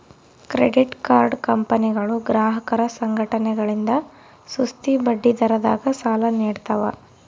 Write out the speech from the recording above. credit card ಕಂಪನಿಗಳು ಗ್ರಾಹಕರ ಸಂಘಟನೆಗಳಿಂದ ಸುಸ್ತಿ ಬಡ್ಡಿದರದಾಗ ಸಾಲ ನೀಡ್ತವ